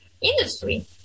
industry